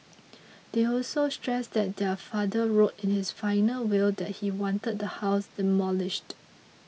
they also stressed that their father wrote in his final will that he wanted the house demolished